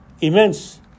immense